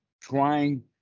trying